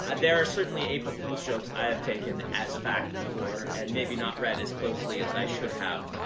and there are certainly april fool's jokes i have taken as fact before, and maybe not read as closely as i should have.